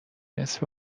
نصف